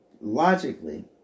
logically